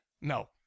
No